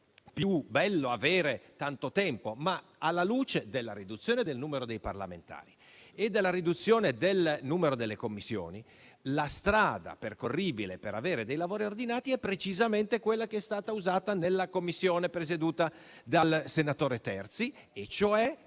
più bello avere tanto tempo, ma alla luce della riduzione del numero dei parlamentari e della riduzione del numero delle Commissioni, la strada percorribile per avere dei lavori ordinati è precisamente quella che è stata scelta nella Commissione presieduta dal senatore Terzi di